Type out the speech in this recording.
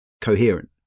coherent